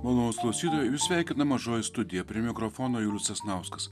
malonūs klausytojai jus sveikina mažoji studija prie mikrofono julius sasnauskas